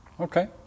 Okay